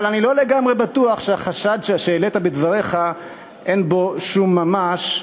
אבל אני לא לגמרי בטוח שהחשד שהעלית בדבריך אין בו שום ממש,